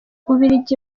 bubiligi